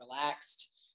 relaxed